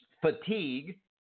fatigue